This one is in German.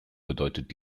bedeutet